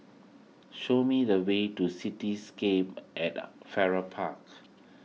show me the way to Cityscape at Farrer Park